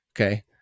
Okay